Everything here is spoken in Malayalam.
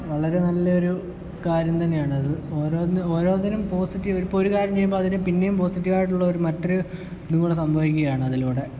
വളരെ നല്ലൊരു കാര്യം തന്നെയാണ് അത് ഓരോ ഓരോന്നിനും പോസിറ്റീവ് ഇപ്പോൾ ഒരു കാര്യം ചെയ്യുമ്പോൾ അതിന് പിന്നെയും പോസിറ്റീവ് ആയിട്ടുള്ള മറ്റൊരു ഇതുകൂടി സംഭവിക്കുകയാണ് അതിലൂടെ